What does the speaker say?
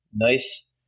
Nice